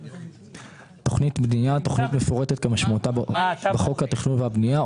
"תוכנית בנייה" תוכנית מפורטת כמשמעותה בחוק התכנון והבנייה,